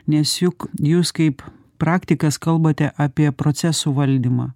nes juk jūs kaip praktikas kalbate apie procesų valdymą